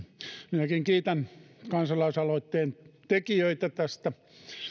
minäkin kiitän kansalaisaloitteen tekijöitä tästä